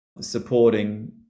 supporting